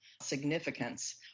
significance